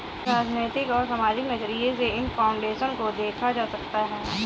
राजनीतिक और सामाजिक नज़रिये से इन फाउन्डेशन को देखा जा सकता है